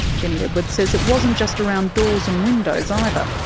jenny edwards says it wasn't just around doors and windows, either.